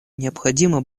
необходимо